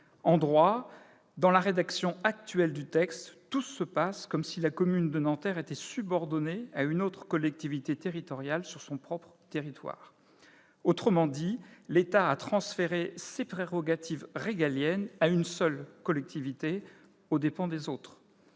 En droit, dans la rédaction actuelle du texte, tout se passe comme si la commune de Nanterre était subordonnée à une autre collectivité territoriale sur son propre territoire. Autrement dit, l'État a transféré ses prérogatives régaliennes à une seule collectivité, aux dépens d'une autre.